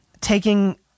taking